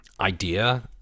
idea